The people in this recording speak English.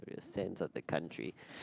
your sense of the country